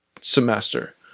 semester